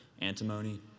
antimony